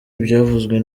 ibyavuzwe